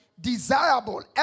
Desirable